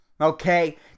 okay